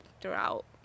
throughout